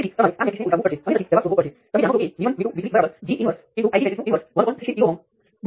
હવે આપણી પાસે ત્યાં શું છે